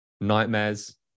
nightmares